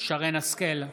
שרן מרים השכל,